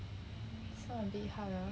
this one a bit hard ah